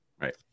Right